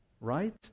Right